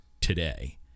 today